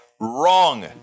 Wrong